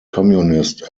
communist